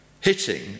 hitting